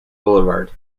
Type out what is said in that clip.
boulevard